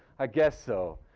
i guess so,